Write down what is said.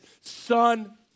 son